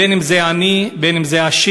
בין אם זה עני ובין אם זה עשיר,